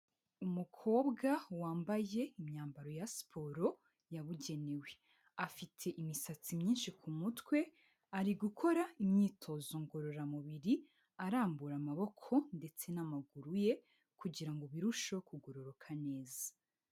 Umukobwa wambaye imyambaro ya siporo yabugenewe, afite imisatsi myinshi ku mutwe, ari gukora imyitozo ngororamubiri, arambura amaboko ndetse n'amaguru ye, kugira ngo birusheho kugororoka neza.